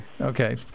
okay